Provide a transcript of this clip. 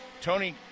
tony